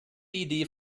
idee